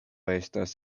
estis